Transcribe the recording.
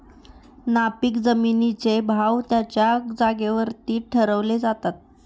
नापीक जमिनींचे भाव त्यांच्या जागेवरती ठरवले जातात